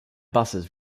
buses